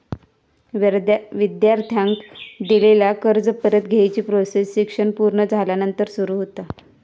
विद्यार्थ्यांका दिलेला कर्ज परत घेवची प्रोसेस शिक्षण पुर्ण झाल्यानंतर सुरू होता